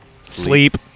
Sleep